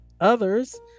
others